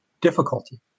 difficulty